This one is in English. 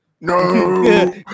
no